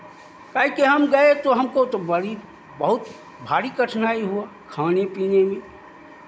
काहे कि हम गये तो हमको तो बड़ी बहुत भारी कठनाई हुआ खाने पीने में